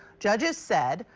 judges said,